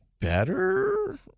better